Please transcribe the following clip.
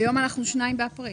היום זה 2 באפריל.